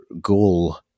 goal